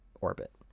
orbit